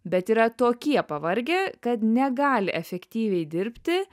bet yra tokie pavargę kad negali efektyviai dirbti